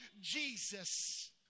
Jesus